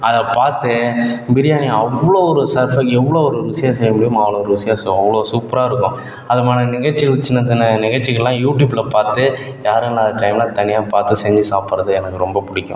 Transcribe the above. அதை பார்த்து பிரியாணி அவ்வளோ ஒரு எவ்வளோ ஒரு ருசியாக செய்ய முடியுமோ அவ்வளோ ஒரு ருசியாக செய் அவ்வளோ சூப்பராக இருக்கும் அது விதமான நிகழ்ச்சிகள் சின்ன சின்ன நிகழ்ச்சிகளாம் யூடியூப்பில் பார்த்து யாரும் இல்லாத டைமில் தனியாக பார்த்து செஞ்சு சாப்பிடுறது எனக்கு ரொம்ப பிடிக்கும்